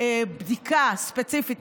בדיקה ספציפית,